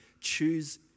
Choose